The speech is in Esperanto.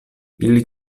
ili